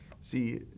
See